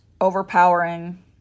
overpowering